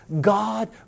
God